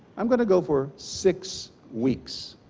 i'm going to go for six weeks.